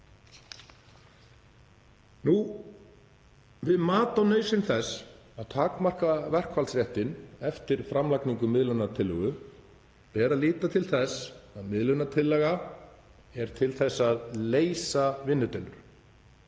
Við mat á nauðsyn þess að takmarka verkfallsréttinn eftir framlagningu miðlunartillögu ber að líta til þess að miðlunartillaga er til að leysa vinnudeilur.